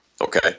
Okay